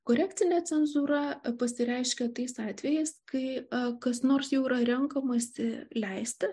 korekcinė cenzūra pasireiškia tais atvejais kai kas nors jau yra renkamasi leisti